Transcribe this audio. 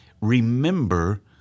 Remember